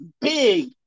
big